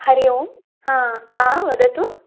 हरिः ओं हा का वदतु